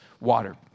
water